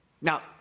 Now